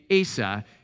Asa